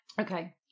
Okay